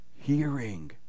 Hearing